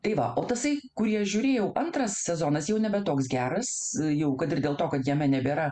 tai va o tasai kurį aš žiūrėjau antras sezonas jau nebe toks geras jau kad ir dėl to kad jame nebėra